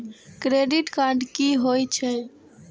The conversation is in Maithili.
क्रेडिट कार्ड की होय छै?